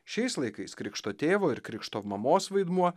šiais laikais krikšto tėvo ir krikšto mamos vaidmuo